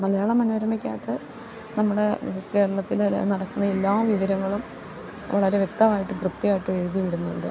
മലയാള മനോരമയ്ക്കകത്ത് നമ്മുടെ കേരളത്തില് നടക്കുന്ന എല്ലാ വിവരങ്ങളും വളരെ വ്യക്തമായിട്ട് വൃത്തിയായിട്ട് എഴുതി വിടുന്നുണ്ട്